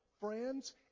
friends